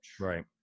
right